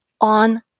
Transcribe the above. on